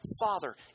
Father